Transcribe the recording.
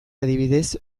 adibidez